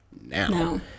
now